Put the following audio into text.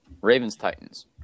Ravens-Titans